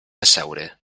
asseure